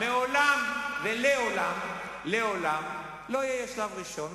מעולם ולעולם לא יהיה שלב ראשון,